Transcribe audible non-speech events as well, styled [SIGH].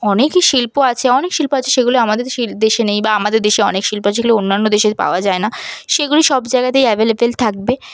অনেকই শিল্প আছে অনেক শিল্প আছে সেগুলো আমাদের [UNINTELLIGIBLE] দেশে নেই বা আমাদের দেশে অনেক শিল্প আছে যেগুলো অন্যান্য দেশে পাওয়া যায় না সেগুলি সব জায়গাতেই অ্যাভেলেবেল থাকবে